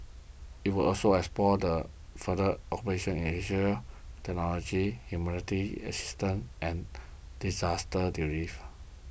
it will also explore further cooperation in Technology assistance and disaster relief